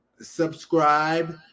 subscribe